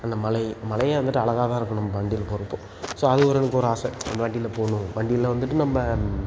அந்த மலை மலையே வந்துட்டு அழகா தான் இருக்கும் நம்ப வண்டியில் போகிறப்போ ஸோ அது ஒரு எனக்கு ஒரு ஆசை வந்து வண்டியில் போகணும் வண்டியில் வந்துட்டு நம்ப